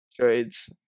trades